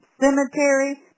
cemetery